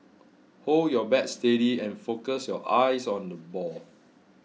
hold your bat steady and focus your eyes on the ball